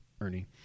Ernie